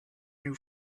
new